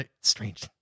Strange